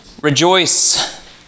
rejoice